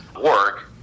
work